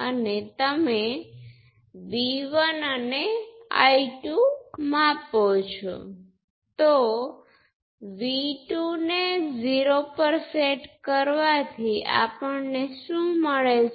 જેમ કે આ ઇક્વેશન ના સેટ કેટલાક × આ ઇક્વેશન વાપરવાને બદલે આ ચિત્ર લખવા માટે ઉપયોગી છે અને પછી બાકીના સર્કિટમાંથી જે પણ આવે તેમાં ઉમેરો કરી શકાય છે અને તમારી ગણતરીઓ